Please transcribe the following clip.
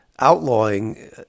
outlawing